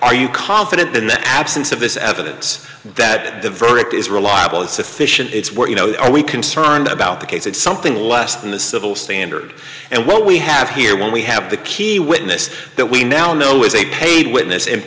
are you confident that the absence of this evidence that the verdict is reliable is sufficient it's what you know are we concerned about the case it's something less than the civil standard and what we have here when we have the key witness that we now know is a paid witness and